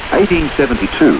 1872